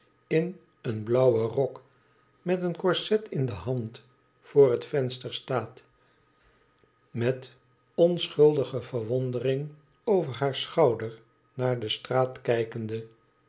in een blauwen rok met een korset in de hand voor het venster staat met onschuldige verwondering over haar schouder naar de straat kijkende